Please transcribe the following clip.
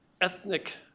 ethnic